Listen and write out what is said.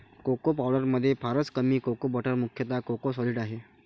cocoa पावडरमध्ये फारच कमी कोको बटर मुख्यतः कोको सॉलिड आहे